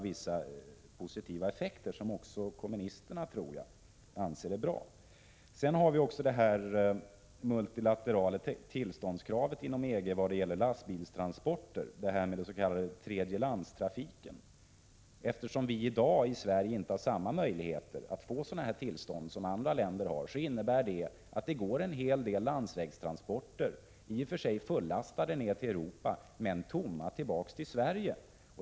Sådana positiva effekter tror jag att 89 även kommunisterna anser är bra. Jag vill säga något om det multilaterala tillståndskravet inom EG för lastbilstransporter, den s.k. tredjelandstrafiken. Det förhållandet att Sverige i dag inte har samma möjligheter som andra länder att få sådana tillstånd innebär att det går en hel del landsvägstransporter, i och för sig fullastade ner till Europa, tomma tillbaka till Sverige.